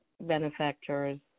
benefactors